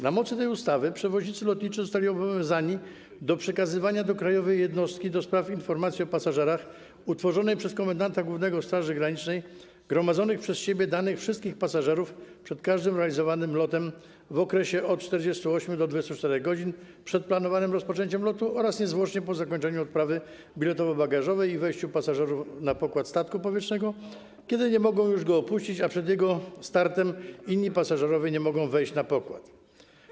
Na mocy tej ustawy przewoźnicy lotniczy zostali obowiązani do przekazywania do Krajowej Jednostki do spraw Informacji o Pasażerach utworzonej przez komendanta głównego Straży Granicznej gromadzonych przez siebie danych wszystkich pasażerów przed każdym realizowanym lotem w okresie od 48 do 24 godz. przed planowanym rozpoczęciem lotu oraz niezwłocznie po zakończeniu odprawy biletowo-bagażowej i wejściu pasażerów na pokład statku powietrznego, kiedy nie mogą go już opuścić przed jego startem, a inni pasażerowie nie mogą wejść na pokład.